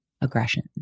aggression